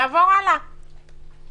נעבור הלאה לספורט.